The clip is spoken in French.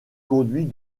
conduit